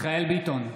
נגד מיכאל מרדכי ביטון,